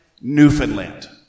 Newfoundland